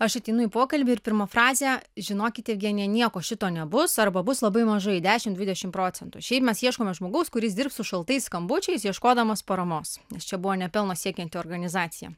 aš ateinu į pokalbį ir pirma frazė žinokite jevgenija nieko šito nebus arba bus labai mažai dešim dvidešim procentų šiaip mes ieškome žmogaus kuris dirbs su šaltais skambučiais ieškodamas paramos nes čia buvo nepelno siekianti organizacija